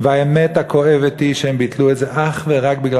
והאמת הכואבת היא שהם ביטלו את זה אך ורק בגלל